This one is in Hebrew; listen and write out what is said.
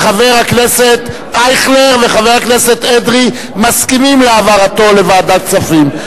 וחבר הכנסת אייכלר וחבר הכנסת אדרי מסכימים להעברת הנושא לוועדת כספים.